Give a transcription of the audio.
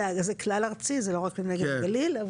זה כלל ארצי, זה לא רק בנגב וגליל.